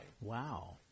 Wow